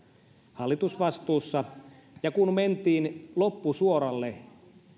hallitusvastuussa ja kun mentiin loppusuoralle